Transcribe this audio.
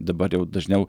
dabar jau dažniau